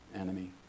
enemy